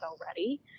already